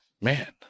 Man